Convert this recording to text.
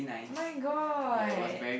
my god